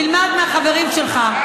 תלמד מהחברים שלך,